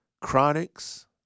Chronics